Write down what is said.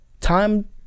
Time